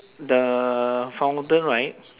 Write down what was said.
the fountain right